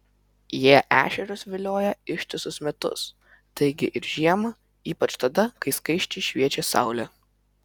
jie ešerius vilioja ištisus metus taigi ir žiemą ypač tada kai skaisčiai šviečia saulė